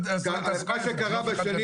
זה קרה בשנים